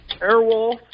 Airwolf